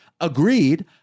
Agreed